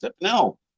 no